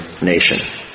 nation